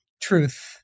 truth